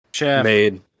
made